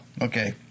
Okay